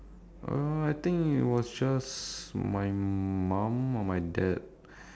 uh I think it was just my mum or my dad